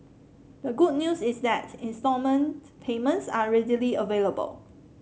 the good news is that instalment payments are readily available